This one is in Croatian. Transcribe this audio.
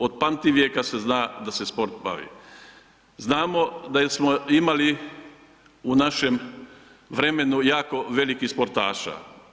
Od pamtivijeka se zna da se sport bavi, znamo da smo imali u našem vremenu jako velikih sportaša.